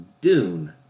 Dune